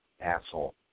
asshole